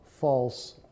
false